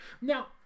now